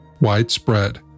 Widespread